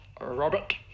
Robert